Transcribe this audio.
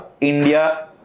India